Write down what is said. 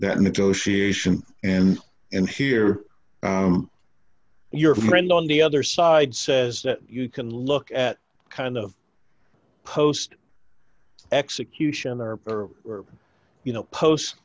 that negotiation and and here your friend on the other side says that you can look at kind of coast executioner or you know post